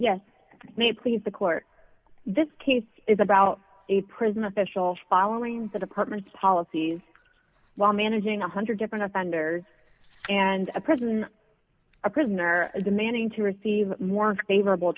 yes me please the court this case is about a prison officials following the department policies while managing a one hundred different offenders and a prison a prisoner demanding to receive more favorable